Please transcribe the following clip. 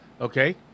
Okay